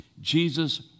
Jesus